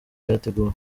byateguwe